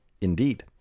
Indeed